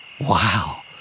Wow